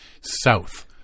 south